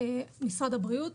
משרד הבריאות,